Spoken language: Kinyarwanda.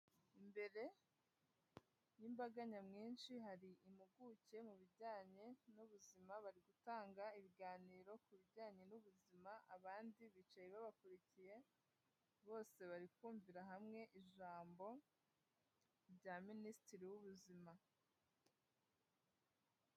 Imbere y'imbaga nyamwinshi, hari impuguke mu bijyanye n'ubuzima, bari gutanga ibiganiro ku bijyanye n'ubuzima; abandi bicaye babakurikiye, bose bari kumvira hamwe ijambo rya Minisitiri w'Ubuzima.